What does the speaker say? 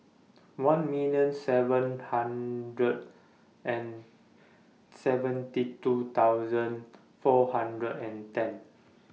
one million seven hundred and seventy two thousand four hundred and ten